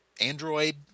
android